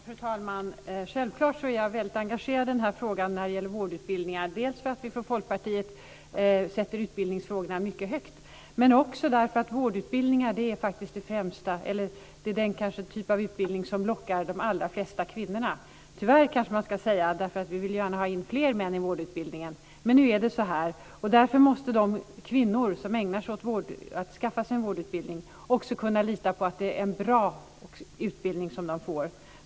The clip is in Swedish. Fru talman! Självklart är jag mycket engagerad i frågan om vårdutbildningar, dels därför att vi från Folkpartiets sida sätter utbildningsfrågorna mycket högt, dels för att vårdutbildning är den typ av utbildning som lockar de allra flesta kvinnorna. Tyvärr, kanske man ska säga, därför att vi gärna vill ha in fler män i vårdutbildningen. Men nu är det så här och därför måste de kvinnor som skaffar sig en vårdutbildning också kunna lita på att det är en bra utbildning de får.